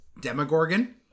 Demogorgon